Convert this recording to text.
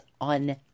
on